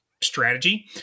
strategy